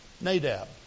Nadab